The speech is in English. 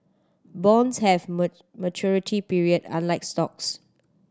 bonds have maturity period unlike stocks